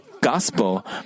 gospel